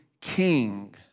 king